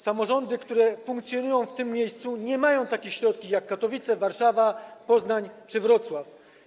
Samorządy, które funkcjonują w tych miejscach, nie mają takich środków, jak Katowice, Warszawa, Poznań czy Wrocław.